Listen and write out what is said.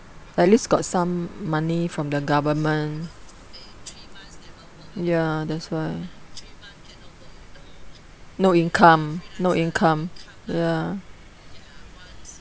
at least got some money from the government ya that's why no income no income ya